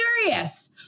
serious